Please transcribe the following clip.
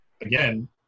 again